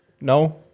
No